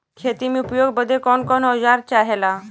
खेती में उपयोग बदे कौन कौन औजार चाहेला?